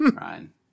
Ryan